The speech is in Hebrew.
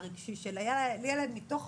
הרגשי של הילד מתוך